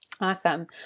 Awesome